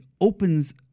opens